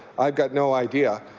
i've got no idea.